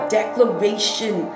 declaration